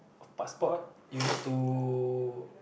passport you need to